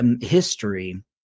history